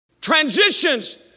Transitions